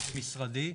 את משרדי,